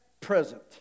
present